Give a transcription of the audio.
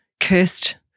cursed